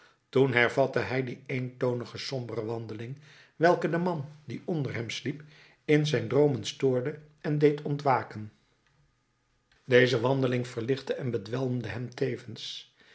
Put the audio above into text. toen hervatte hij die eentonige sombere wandeling welke den man die onder hem sliep in zijn droomen stoorde en deed ontwaken deze wandeling verlichtte en bedwelmde hem tevens